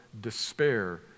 despair